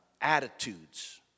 attitudes